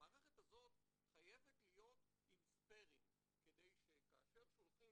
המערכת הזאת חייבת להיות עם ספיירים כדי שכאשר שולחים